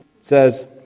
says